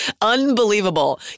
Unbelievable